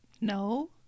No